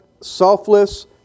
selfless